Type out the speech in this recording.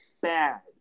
bad